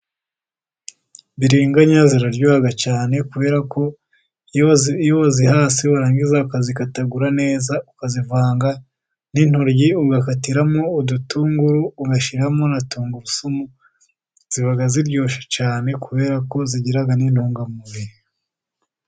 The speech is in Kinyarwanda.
Biringanya ziraryoha cyane kubera ko iyo uzihase warangiza akazikatagura neza, ukazivanga n'intoryi, ugakatiramo udutunguru, ugashyiramo na tungurusumu, ziba ziryoshye cyane kubera ko zigira n'intungamubiri.